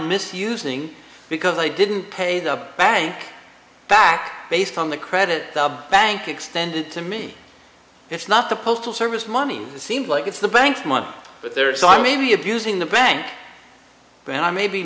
misusing because i didn't pay the bank back based on the credit the bank extended to me it's not the postal service money seems like it's the bank's money but they're so i may be abusing the bank but i may be